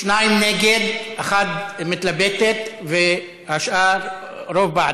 שניים נגד, אחת מתלבטת, והשאר, הרוב בעד.